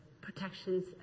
protections